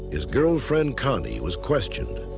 his girlfriend, connie, was questioned.